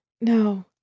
No